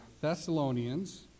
Thessalonians